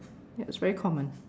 ya it's very common